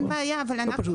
נורא פשוט